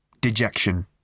Dejection